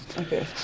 Okay